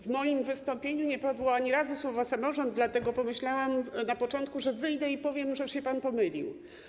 W moim wystąpieniu ani razu nie padło słowo: samorząd, dlatego pomyślałam na początku, że wyjdę i powiem, że się pan pomylił.